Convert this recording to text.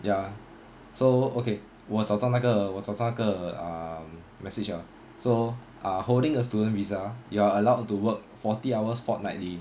ya so okay 我找到那个我找到那个 ah message liao so ah holding a student visa you are allowed to work forty hours fortnightly